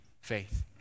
faith